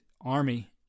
Army